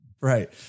Right